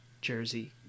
jersey